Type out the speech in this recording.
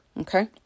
Okay